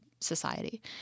society